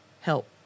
help